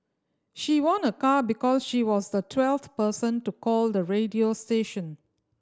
she won a car because she was the twelfth person to call the radio station